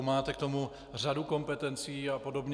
Máte k tomu řadu kompetencí a podobně.